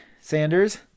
Sanders